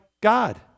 God